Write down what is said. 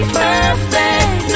perfect